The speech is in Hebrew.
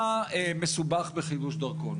מה מסובך בחידוש דרכון?